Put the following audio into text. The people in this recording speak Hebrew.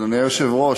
אדוני היושב-ראש,